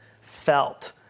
felt